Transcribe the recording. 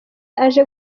aje